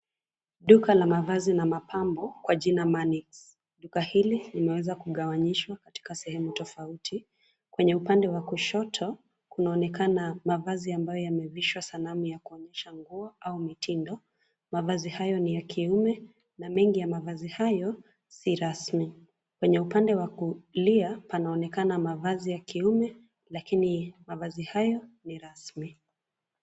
Duka la mavazi na mapambo, kwa jina Manix. Duka hili limeweza kugawanyishwa katika sehemu tofauti. Kwenye upande wa kushoto kunaonekana mavazi ambayo yamevishwa sanamu ya kuonyesha nguo au mitindo. Mavazi hayo ni ya kiume, na mengi ya mavazi hayo si rasmi. Kwenye upande wa kulia panaonekana mavazi ya kiume, lakini mavazi hayo ni rasmi.